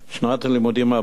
שנת הלימודים הבאה,